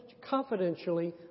confidentially